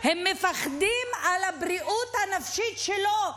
הם מפחדים על הבריאות הנפשית שלו.